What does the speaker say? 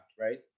right